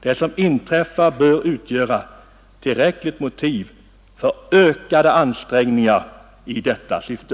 Det som inträffat bör utgöra tillräckligt motiv för ökade ansträngningar i detta syfte.